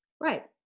Right